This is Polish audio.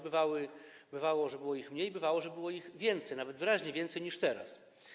Bywało, że było ich mniej, bywało, że było ich więcej, nawet wyraźnie więcej niż teraz.